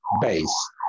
base